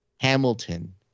Hamilton